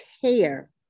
care